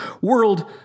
world